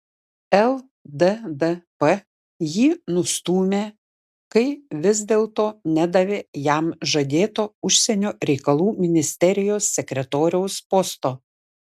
lddp jį nustūmė kai vis dėlto nedavė jam žadėto užsienio reikalų ministerijos sekretoriaus posto